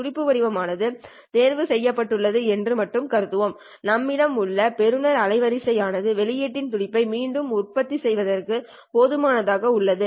துடிப்பு வடிவம் ஆனது தேர்வு செய்யப்பட்டுள்ளது என்று மட்டும் கருதுவோம் நம்மிடம் உள்ள பெறுநர் அலைவரிசை ஆனது வெளியீட்டில் துடிப்பை மீண்டும் உற்பத்தி செய்வதற்கு போதுமானதாக உள்ளது